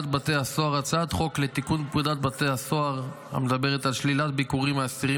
הצעת חוק לתיקון פקודת בתי הסוהר (שלילת ביקורים מאסירים